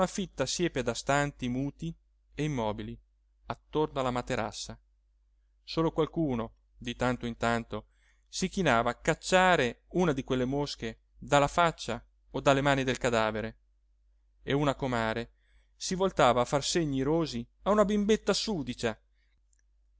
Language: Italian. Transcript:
fitta siepe d'astanti muti e immobili attorno alla materassa solo qualcuno di tanto in tanto si chinava a cacciare una di quelle mosche dalla faccia o dalle mani del cadavere e una comare si voltava a far segni irosi a una bimbetta sudicia che